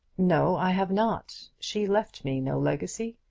no i have not. she left me no legacy.